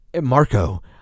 Marco